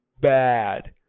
bad